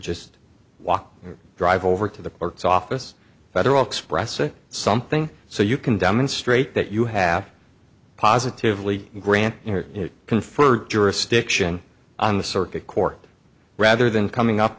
just walk drive over to the clerk's office federal express or something so you can demonstrate that you have positively grant your conferred jurisdiction on the circuit court rather than coming up